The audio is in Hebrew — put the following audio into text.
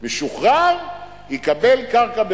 משוחרר יקבל קרקע בחינם.